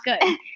good